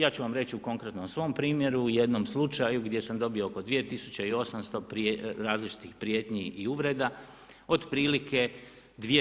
Ja ću vam reći u konkretnom svom primjeru, u jednom slučaju gdje sam dobio oko 2 800 različitih prijetnji i uvreda, otprilike 2/